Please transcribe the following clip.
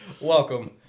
Welcome